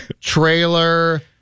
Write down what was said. Trailer